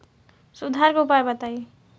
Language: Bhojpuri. सुधार के उपाय बताई?